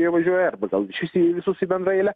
jie važiuoja arba gal iš vis visus į bendrą eilę